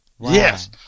Yes